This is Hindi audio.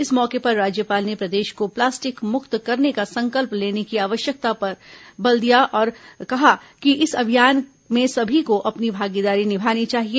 इस मौके पर राज्यपाल ने प्रदेश को प्लास्टिक मुक्त करने का संकल्प लेने की आवश्यकता व्यक्त करते हुए कहा कि इस अभियान में सभी को अपनी भागीदारी निभानी चाहिए